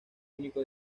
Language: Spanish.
único